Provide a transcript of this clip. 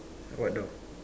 what door